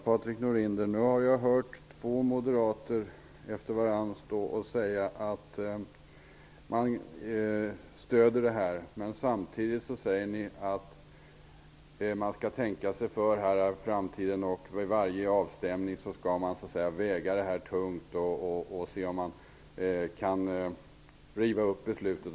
Herr talman! Nu har jag hört två moderater säga att del stöder förslaget. Men samtidigt säger ni att man skall tänka sig för inför framtiden. Vid varje avstämning skall man väga dessa frågor tungt för att se om det går att riva upp beslutet.